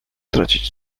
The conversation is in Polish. tracić